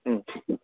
ம்